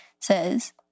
says